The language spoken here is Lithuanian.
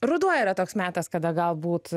ruduo yra toks metas kada galbūt